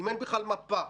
אם אין בכלל מפה?